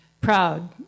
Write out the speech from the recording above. proud